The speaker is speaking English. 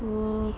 mm